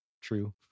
true